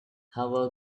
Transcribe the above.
how